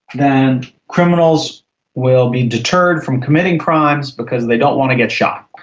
then criminals will be deterred from committing crimes because they don't want to get shot,